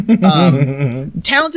Talented